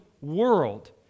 world